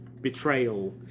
betrayal